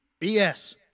BS